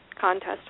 contest